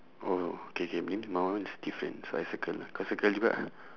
oh K K means my one is different so I circle ah kau cicle juga ah